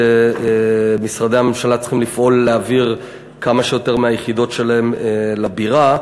שמשרדי הממשלה צריכים לפעול להעביר כמה שיותר מהיחידות שלהם לבירה.